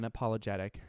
unapologetic